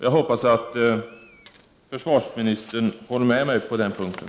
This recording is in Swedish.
Jag hoppas att försvarsministern håller med mig på den punkten.